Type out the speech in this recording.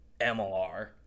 MLR